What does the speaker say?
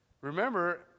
Remember